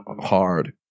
hard